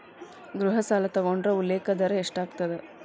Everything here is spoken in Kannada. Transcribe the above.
ಗೃಹ ಸಾಲ ತೊಗೊಂಡ್ರ ಉಲ್ಲೇಖ ದರ ಎಷ್ಟಾಗತ್ತ